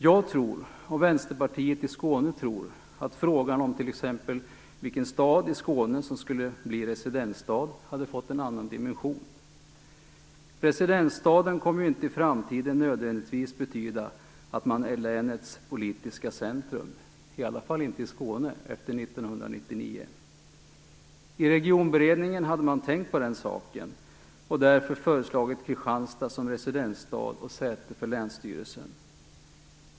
Jag tror, och Vänsterpartiet i Skåne tror, att frågan om t.ex. vilken stad i Skåne som skall bli residensstad hade fått en annan dimension. Residensstaden kommer ju i framtiden inte nödvändigtvis att vara länets politiska centrum, i alla fall inte i Skåne, efter 1999. I regionberedningen hade man tänkt på den saken och därför föreslagit Kristianstad som residensstad och säte för länsstyrelsen.